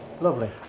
Lovely